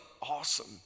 awesome